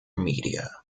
media